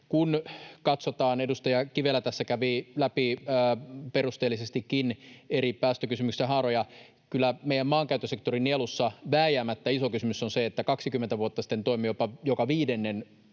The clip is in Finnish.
kun katsotaan — edustaja Kivelä tässä kävi läpi perusteellisestikin eri päästökysymysten haaroja — kyllä meidän maankäyttösektorimme nielussa vääjäämättä iso kysymys on se, että 20 vuotta sitten toimme jopa joka viidennen